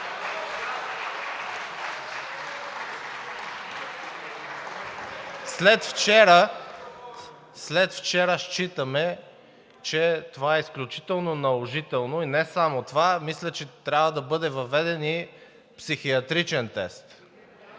След вчера считаме, че това е изключително наложително. И не само това, а мисля, че трябва да бъде въведен и психиатричен тест.